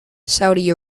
saudi